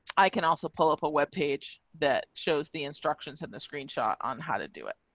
i can also pull up a web page that shows the instructions in the screenshot on how to do it.